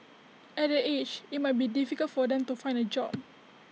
at the age IT might be difficult for them to find A job